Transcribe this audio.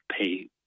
pay